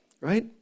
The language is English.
right